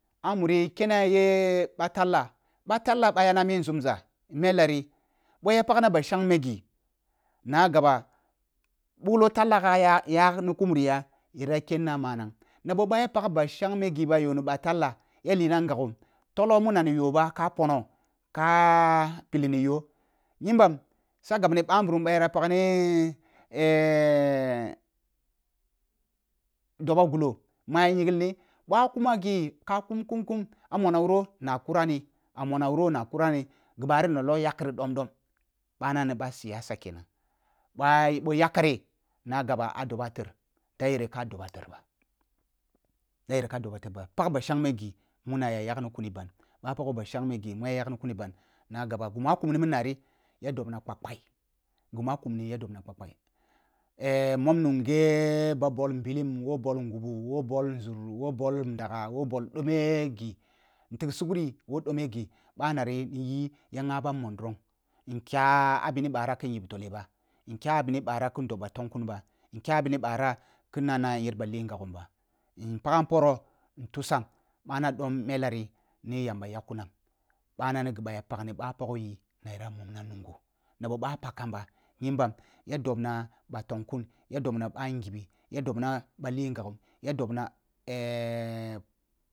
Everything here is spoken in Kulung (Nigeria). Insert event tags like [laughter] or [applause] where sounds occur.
A muri kene ye ɓah fallah-ɓah tallah ɓa yana mi nzumza melle ri ba ya pagna ba shangmo ghi na gaba bughlo tallah gha ya-ya ni ku muri ja yara kenna manang na boh ya pag ba shangme ghi ba yoni ba tallah ya lina ngagho tollo muna ni yoh bah ka pono ka haklini yo nyimbam sa gaɓni ba nburum ba yera pagni [hesitation] dobo gulo ma ya nyinji ba kuma ghi ka – kin kum-kum a mona wiro na purani a mona wuro na pura ni ghi ɓari na nona yakari domdom ba na ni ba siyasa kenan ɓah boh yakare na gaba a doba ter da yere ka doba ter ba – da yer ka doba ter ba pag ba shengme ghi muna ya ya kuni ban na gaba ghi ma’ah kum na min nari ya dobna ɓamɓai-ghi mu’ah kumni ya dobna ɓamɓai [hesitation] mum nunghe ba bol nbilim woh bol ngubu woh bol nzur woh bol ndaga woh bol dome ghi tig sugri woh dome ghi bana riniyi ya ngha na bam mollong knkya ah bini bara kin yib tole ba – nkya bini bara kin yib tole. Ba – nkya bini bara kin doba tong kun ba nkya bini bara kin nena nyer kin gaghum ba in pagam porog tusam ɓana dom melle ri ni yamba yak kunam bana ri ghi mu ya pagni ɓa pogho yi na yera mom na nungho na boh ɓah pak kamba nyimbam ya dobaa ɓa tong kun ya dobna bah ngibi ya dobna ba li gaghum ya dobaa. [hesitation]